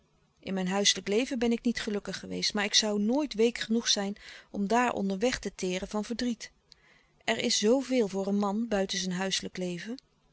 in mijn huiselijk leven ben ik niet gelukkig geweest maar ik zoû nooit week genoeg zijn om daar onder weg te teeren van verdriet er is zoo veel voor een man buiten zijn huiselijk leven